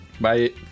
Bye